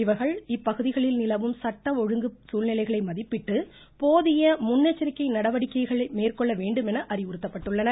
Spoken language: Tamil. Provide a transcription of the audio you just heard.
இவர்கள் இப்பகுதிகளில் நிலவும் சட்ட ஒழுங்கு சூழ்நிலைகளை மதிப்பிட்டு போதிய முன்னெச்சரிக்கை நடவடிக்கைகளை மேற்கொள்ள வேண்டுமென அறிவுறுத்தப்பட்டுள்ளனர்